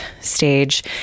stage